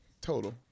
Total